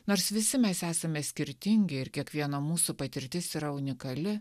nors visi mes esame skirtingi ir kiekvieno mūsų patirtis yra unikali